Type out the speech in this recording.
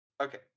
Okay